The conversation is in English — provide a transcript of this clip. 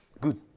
Good